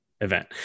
event